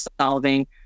solving